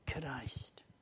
Christ